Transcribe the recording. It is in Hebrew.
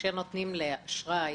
שכאשר נותנים אשראי